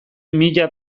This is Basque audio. mila